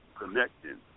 connecting